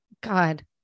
God